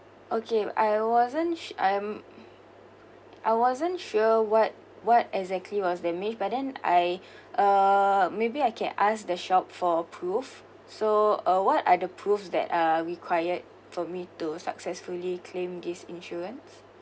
okay I wasn't su~ I'm I wasn't sure what what exactly was damage but then I uh maybe I can ask the shop for a proof so uh what are the proof that are required for me to successfully claim this insurance